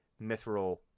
mithril